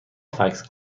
فکس